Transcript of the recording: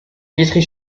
vitry